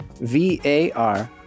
V-A-R